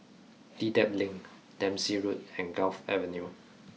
Dedap Link Dempsey Road and Gul Avenue